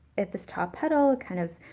at this top petal, kind of,